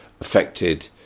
affected